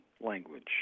language